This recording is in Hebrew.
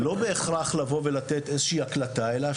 לא בהכרח לבוא ולתת איזו הקלטה אלא,